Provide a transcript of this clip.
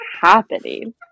happening